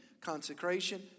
consecration